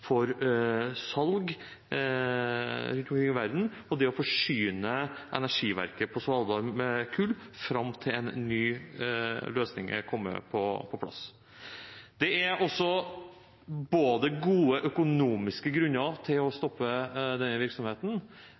for salg rundt omkring i verden, og det å forsyne energiverket på Svalbard med kull fram til en ny løsning er på plass. Det er også gode økonomiske grunner til å stoppe denne virksomheten.